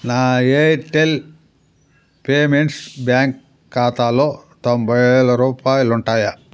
నా Airtel payments bank ఖాతాలో తొంభై వేల రూపాయాలుంటాయా